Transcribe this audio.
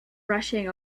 rushing